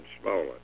smaller